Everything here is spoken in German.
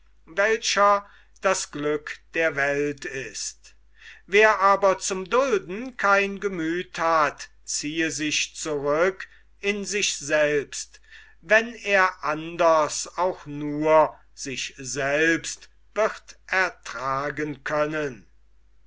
welcher das glück der welt ist wer aber zum dulden kein gemüth hat ziehe sich zurück in sich selbst wenn er anders auch nur sich selbst wird ertragen können